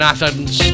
Athens